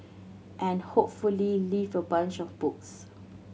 and hopefully leave with a bunch of books